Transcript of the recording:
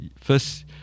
first